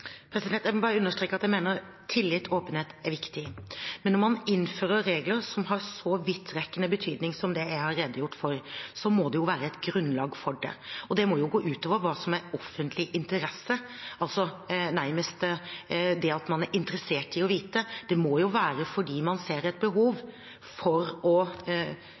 Jeg må bare understreke at jeg mener tillit og åpenhet er viktig. Men når man innfører regler som har så vidtrekkende betydning som det jeg har redegjort for, må det være et grunnlag for det, og det må jo gå utover hva som er offentlig interesse. Det at man er interessert i å vite, må jo være fordi man ser et behov for å